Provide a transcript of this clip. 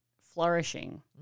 flourishing